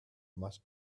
must